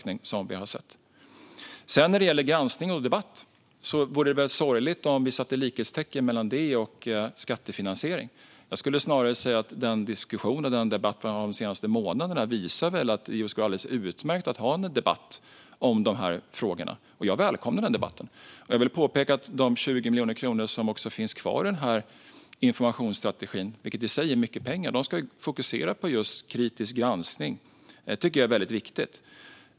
När det gäller granskning och debatt vore det väl sorgligt om vi satte likhetstecken mellan detta och skattefinansiering. Jag skulle snarare säga att den diskussion och den debatt vi har haft de senaste månaderna visar att det går alldeles utmärkt att ha en debatt om dessa frågor, och jag välkomnar den debatten. Jag vill dock påpeka att de 20 miljoner kronor som också finns kvar i den här informationsstrategin - vilket i sig är mycket pengar - ska fokusera på just kritisk granskning. Det tycker jag är väldigt viktigt.